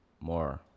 more